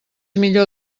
millor